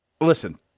listen